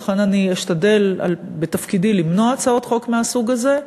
ולכן אני אשתדל בתפקידי למנוע הצעות חוק מהסוג הזה,